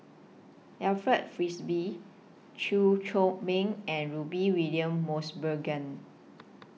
Alfred Frisby Chew Chor Meng and Rudy William Mosbergen